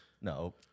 No